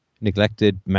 Neglected